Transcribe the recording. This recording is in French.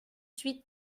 huit